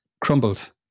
crumbled